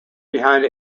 behind